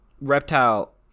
Reptile